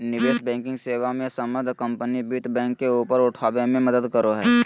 निवेश बैंकिंग सेवा मे सम्बद्ध कम्पनी वित्त बैंक के ऊपर उठाबे मे मदद करो हय